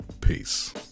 Peace